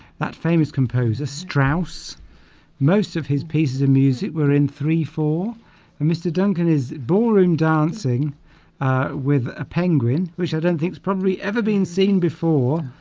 that famous composer strauss most of his pieces of music were in three four and mr. duncan is ballroom dancing with a penguin which i don't think it's probably ever been seen before